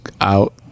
out